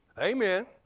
Amen